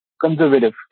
conservative